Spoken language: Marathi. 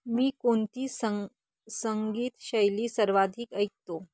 मी कोणती सं संगीतशैली सर्वाधिक ऐकतो